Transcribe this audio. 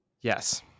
Yes